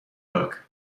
book